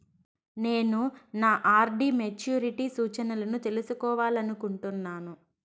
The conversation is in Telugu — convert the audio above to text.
నేను నా ఆర్.డి మెచ్యూరిటీ సూచనలను తెలుసుకోవాలనుకుంటున్నాను